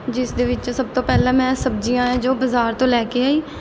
ਜਿਸ ਦੇ ਵਿੱਚ ਸਭ ਤੋਂ ਪਹਿਲਾਂ ਮੈਂ ਸਬਜ਼ੀਆਂ ਜੋ ਬਾਜ਼ਾਰ ਤੋਂ ਲੈ ਕੇ ਆਈ